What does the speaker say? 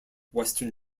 western